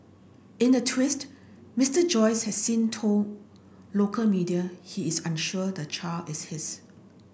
in a twist Mister Joyce has since told local media he is unsure the child is his